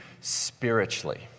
spiritually